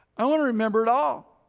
i want to remember it all.